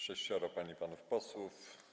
Sześcioro pań i panów posłów.